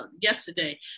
yesterday